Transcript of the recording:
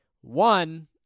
One